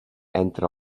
entre